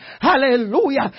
Hallelujah